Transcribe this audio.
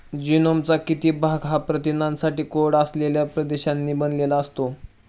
जीनोमचा किती भाग हा प्रथिनांसाठी कोड असलेल्या प्रदेशांनी बनलेला असतो?